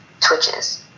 Twitches